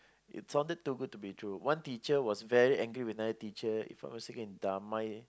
it sounded too good to be true one teacher was very angry with another teacher If I not wrong was it in Damai